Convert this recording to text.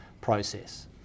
process